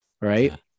Right